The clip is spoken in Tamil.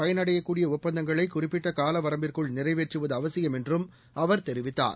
பயனடையக்கூடிய ஒப்பந்தங்களைகுறிப்பிட்டகாலவரம்பிற்குள் இருதரப்பினரும் நிறைவேற்றுவதுஅவசியம் என்றும் அவர் தெரிவித்தார்